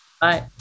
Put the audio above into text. Bye